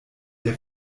der